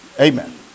Amen